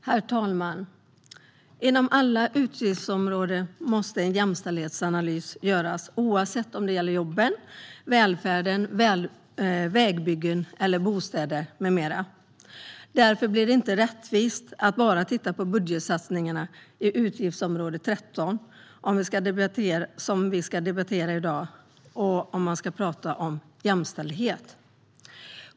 Herr talman! Inom alla utgiftsområden måste en jämställdhetsanalys göras, oavsett om det gäller jobben, välfärden, vägbyggen, bostäder eller något annat. Om man ska prata om jämställdhet blir det därför inte rättvist att bara titta på budgetsatsningarna inom utgiftsområde 13, som vi ska debattera i dag.